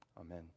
Amen